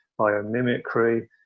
biomimicry